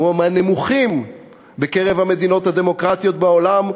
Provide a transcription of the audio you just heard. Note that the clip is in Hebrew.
מהנמוכים בקרב המדינות הדמוקרטיות בעולם,